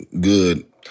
good